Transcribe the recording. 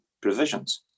provisions